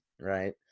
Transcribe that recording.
right